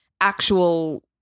actual